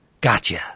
gotcha